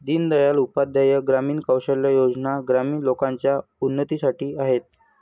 दीन दयाल उपाध्याय ग्रामीण कौशल्या योजना ग्रामीण लोकांच्या उन्नतीसाठी आहेत